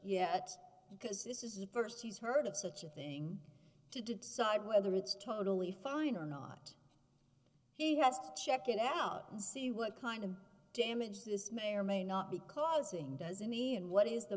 yet because this is the st he's heard of such a thing to do decide whether it's totally fine or not he has to check it out and see what kind of damage this may or may not because it doesn't mean what is the